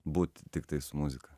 būt tiktai su muzika